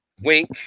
Wink